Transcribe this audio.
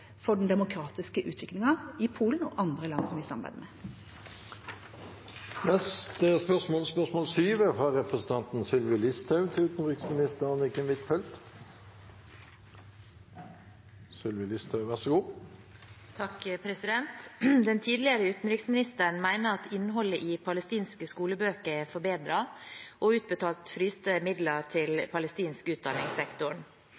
for den demokratiske utviklingen i Polen og andre land vi samarbeider med. «Den tidligere utenriksministeren mener at innholdet i palestinske skolebøker er forbedret, og utbetalte fryste midler